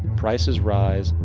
prices rise,